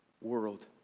world